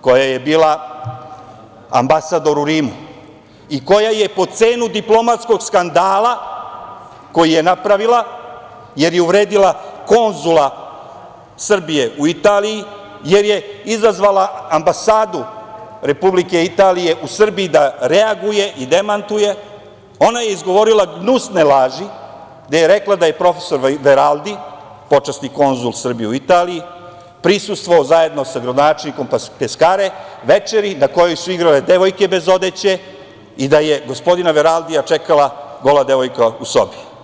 koja je bila ambasador u Rimu i koja je po cenu diplomatskog skandala koji je napravila, jer je uvredila konzula Srbije u Italiji, jer je izazvala Ambasadu Republike Italije u Srbiji da reaguje i demantuje, ona je izgovorila gnusne laži, gde je rekla da je prof. Veraldi, počasni konzul Srbije u Italiji, prisustvovao zajedno sa gradonačelnikom Peskare, večeri na kojoj su igrale devojke bez odeće i da je gospodina Veraldija čekala gola devojka u sobi.